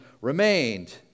remained